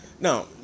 Now